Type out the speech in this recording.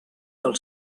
del